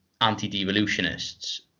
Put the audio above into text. anti-devolutionists